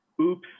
oops